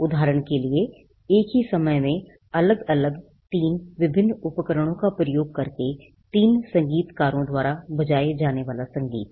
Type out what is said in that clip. उदाहरण के लिए एक ही समय में अलग अलग 3 विभिन्न उपकरणों का उपयोग करके तीन संगीतकारों द्वारा बजाया जाने वाला संगीत